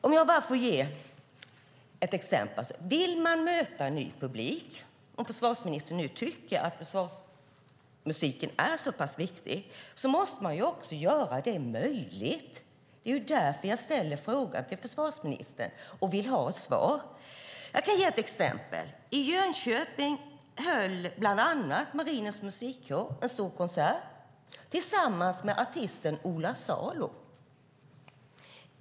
Om försvarsmusiken ska kunna möta ny publik - om försvarsministern nu tycker att försvarsmusiken är så pass viktig - måste man också göra det möjligt. Det är därför som jag ställer en fråga till försvarsministern och vill ha ett svar. Jag kan ge ett exempel. I Jönköping höll bland andra Marinens Musikkår en stor konsert tillsammans med artisten Ola Salo.